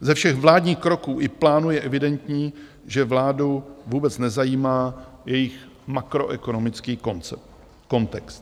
Ze všech vládních kroků i plánů je evidentní, že vládu vůbec nezajímá jejich makroekonomický kontext.